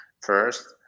first